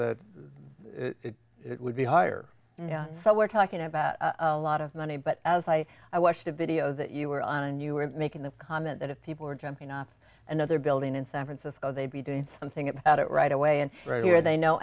that it would be higher so we're talking about a lot of money but as i i watched a video that you were on and you were making the comment that if people are jumping off another building in san francisco they'd be doing something about it right away and right here they know